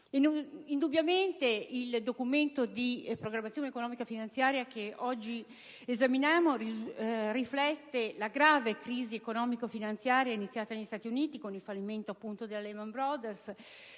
Indubbiamente il Documento di programmazione economico-finanziaria che oggi esaminiamo riflette la grave crisi economico-finanziaria iniziata negli Stati Uniti con il fallimento della Lehman Brothers